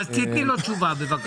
תעני לו תשובה בבקשה.